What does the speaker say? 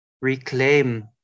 reclaim